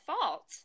fault